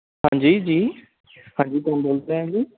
ਹਾਂਜੀ ਜੀ ਹਾਂਜੀ ਕੌਣ ਬੋਲ ਰਿਹਾ ਜੀ